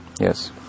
yes